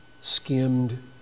skimmed